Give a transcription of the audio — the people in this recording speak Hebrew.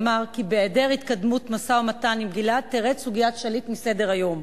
אמר כי בהיעדר התקדמות במשא-ומתן תרד סוגיית גלעד שליט מסדר-היום.